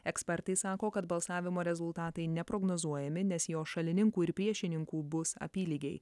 ekspertai sako kad balsavimo rezultatai neprognozuojami nes jos šalininkų ir priešininkų bus apylygiai